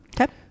okay